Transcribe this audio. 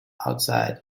outside